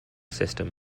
system